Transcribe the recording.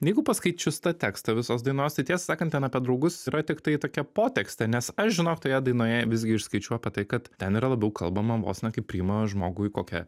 jeigu paskaičius tą tekstą visos dainos tai tiesą sakant ten apie draugus yra tiktai tokia potekstė nes aš žinok toje dainoje visgi išskaičiau apie tai kad ten yra labiau kalbama vos ne kaip priima žmogų į kokią